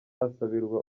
asabirwa